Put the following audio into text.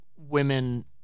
women